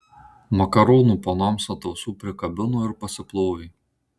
makaronų panoms ant ausų prikabino ir pasiplovė